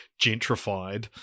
gentrified